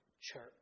church